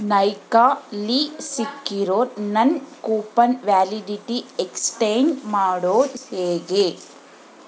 ನೈಕಾಲಿ ಸಿಕ್ಕಿರೋ ನನ್ನ coupon validity extend ಮಾಡೋದು ಹೇಗೆ